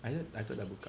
I thought dah buka